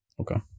Okay